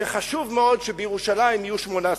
שחשוב מאוד שבירושלים יהיו שמונה סגנים.